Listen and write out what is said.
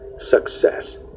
Success